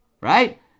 Right